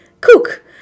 Cook